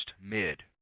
mid